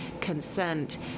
consent